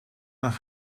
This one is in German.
nach